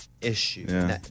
issue